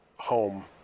home